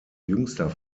jüngster